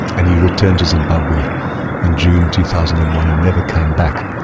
and he returned to zimbabwe in june two thousand and one and never came back,